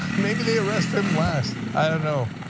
maybe they arrest him last. i don't know,